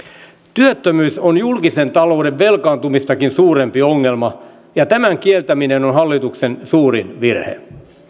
työttömyys on julkisen talouden velkaantumistakin suurempi ongelma ja tämän kieltäminen on hallituksen suurin virhe